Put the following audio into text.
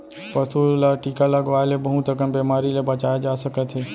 पसू ल टीका लगवाए ले बहुत अकन बेमारी ले बचाए जा सकत हे